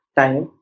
time